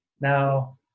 Now